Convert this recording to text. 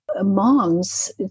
moms